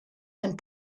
and